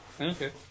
okay